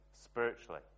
spiritually